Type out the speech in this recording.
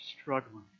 struggling